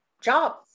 job